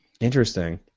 Interesting